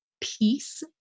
peace